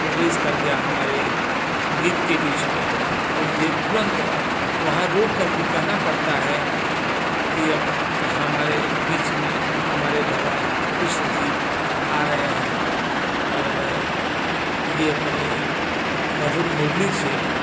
प्रवेश कर गया हमारे गीत के बीच में तो मुझे तुरंत वहाँ रोक कर के कहना पड़ता है कि आप तो हमारे बीच में हमारे भगवान कृष्ण जी आ रहे हैं और यह अपने मधुर मुरली से